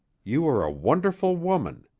you are a wonderful woman.